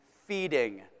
feeding